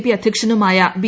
P അദ്ധ്യക്ഷനുമായ B